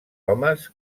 homes